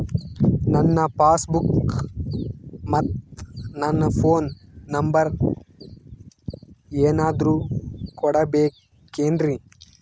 ನನ್ನ passbook ಮತ್ ನನ್ನ ಫೋನ್ ನಂಬರ್ ಏನಾದ್ರು ಕೊಡಬೇಕೆನ್ರಿ?